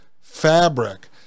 Fabric